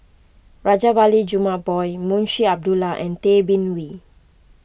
Rajabali Jumabhoy Munshi Abdullah and Tay Bin Wee